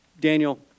Daniel